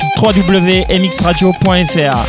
www.mxradio.fr